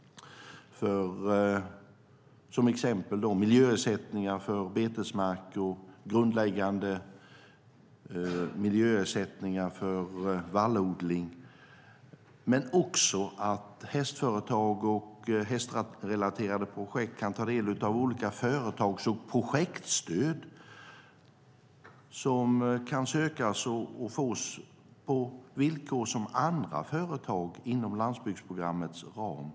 Det kan till exempel handla om miljöersättningar för betesmarker och grundläggande miljöersättningar för vallodling. Hästföretag och hästrelaterade projekt kan också ta del av olika företags och projektstöd som kan sökas och fås på samma villkor som för andra företag inom landsbygdsprogrammets ram.